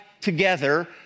together